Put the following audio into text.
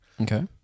Okay